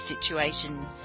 situation